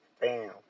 bam